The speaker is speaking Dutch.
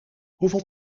hoeveel